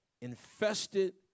infested